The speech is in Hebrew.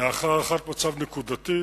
לאחר הערכת מצב נקודתית,